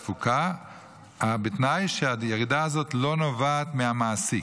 בתנאי שהירידה הזאת לא נובעת מהמעסיק.